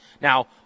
Now